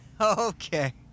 Okay